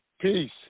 Peace